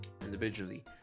individually